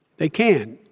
they can,